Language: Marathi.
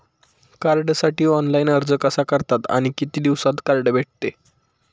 कार्डसाठी ऑनलाइन अर्ज कसा करतात आणि किती दिवसांत कार्ड भेटते?